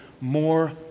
more